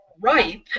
Ripe